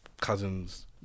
cousins